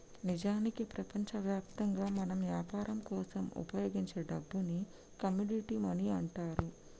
నిజానికి ప్రపంచవ్యాప్తంగా మనం యాపరం కోసం ఉపయోగించే డబ్బుని కమోడిటీ మనీ అంటారు